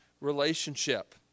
relationship